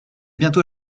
bientôt